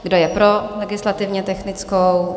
Kdo je pro legislativně technickou?